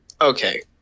Okay